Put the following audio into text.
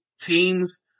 teams